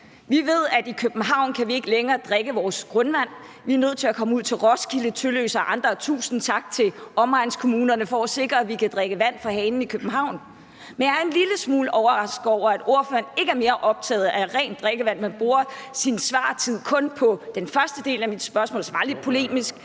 Vi ved, at i København kan vi ikke længere drikke vores grundvand. Vi er nødt til at komme ud til Roskilde, Tølløse og andre kommuner – og tusind tak til omegnskommunerne for at sikre, at vi kan drikke vand fra hanen i København. Men jeg er en lille smule overrasket over, at ordføreren ikke er mere optaget af rent drikkevand, men kun bruger sin svartid på den første del af mit spørgsmål, som var lidt polemisk,